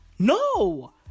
No